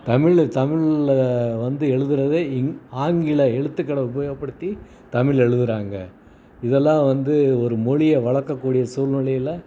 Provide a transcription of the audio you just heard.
தமிழில் தமிழில் வந்து எழுதுறத இங் ஆங்கில எழுத்துக்கள உபயோகப்படுத்தி தமிழ் எழுதுறாங்க இதெல்லாம் வந்து ஒரு மொழிய வளர்க்கக்கூடிய சூழ்நெலைல